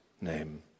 name